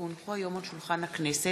כי הונחו היום על שולחן הכנסת,